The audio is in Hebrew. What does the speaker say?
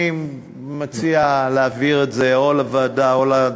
אני מציע להעביר את זה או לוועדה, ועדת כלכלה.